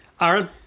Aaron